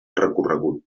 recorregut